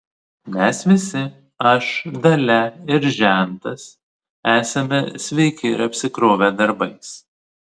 mes visi aš dalia ir žentas esame sveiki ir apsikrovę darbais